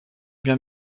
bien